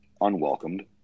unwelcomed